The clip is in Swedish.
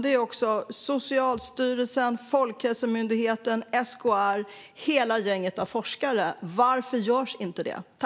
Det vill också Socialstyrelsen, Folkhälsomyndigheten, SKR och hela gänget av forskare. Varför görs inte detta?